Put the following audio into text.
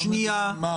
שניהם משרדי ממשלה.